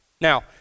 now